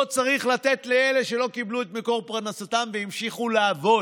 לא צריך לתת לאלה שלא איבדו את מקור פרנסתם והמשיכו לעבוד.